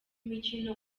mikino